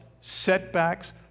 setbacks